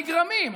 נגרמים,